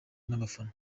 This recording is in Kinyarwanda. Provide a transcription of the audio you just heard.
n’abafana